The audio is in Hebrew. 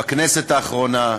בכנסת האחרונה.